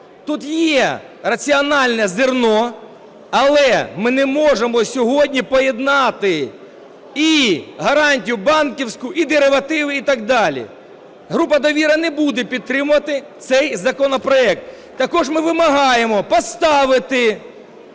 Тут є раціональне зерно, але ми не можемо сьогодні поєднати і гарантію банківську, і деривативи і так далі. Група "Довіра" не буде підтримувати цей законопроект. Також ми вимагаємо поставити